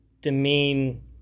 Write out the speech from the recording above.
demean